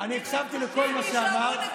אני הקשבתי לכל מה שאמרת,